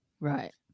Right